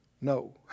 no